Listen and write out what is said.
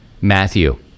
Matthew